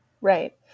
Right